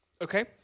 Okay